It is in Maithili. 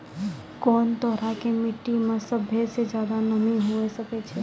कोन तरहो के मट्टी मे सभ्भे से ज्यादे नमी हुये सकै छै?